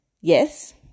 yes